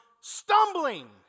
stumbling